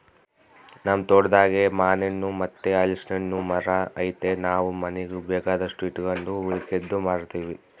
ನಮ್ ತೋಟದಾಗೇ ಮಾನೆಣ್ಣು ಮತ್ತೆ ಹಲಿಸ್ನೆಣ್ಣುನ್ ಮರ ಐತೆ ನಾವು ಮನೀಗ್ ಬೇಕಾದಷ್ಟು ಇಟಗಂಡು ಉಳಿಕೇದ್ದು ಮಾರ್ತೀವಿ